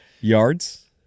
Yards